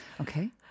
Okay